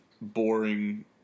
boring